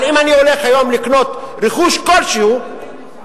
אבל אם אני הולך היום לקנות רכוש כלשהו אין